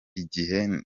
igihe